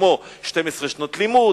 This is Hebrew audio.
כמו 12 שנות לימוד,